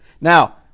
Now